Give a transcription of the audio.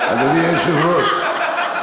אדוני היושב-ראש,